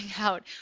out